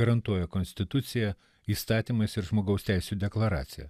garantuoja konstitucija įstatymais ir žmogaus teisių deklaracija